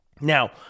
Now